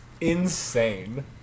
insane